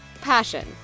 passion